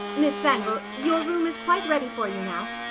miss wangel, your room is quite ready for you now.